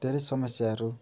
धेरै समस्याहरू